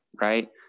right